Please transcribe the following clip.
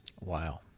wow